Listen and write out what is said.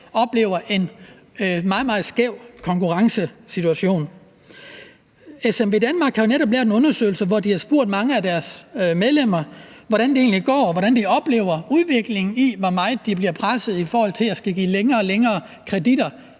oplever en meget, meget skæv konkurrencesituation. SMVdanmark har jo netop lavet en undersøgelse, hvori de har spurgt mange af deres medlemmer om, hvordan det egentlig går, og hvordan de oplever udviklingen i, hvor meget de bliver presset i forhold til at skulle give længere og længere kreditter